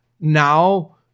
now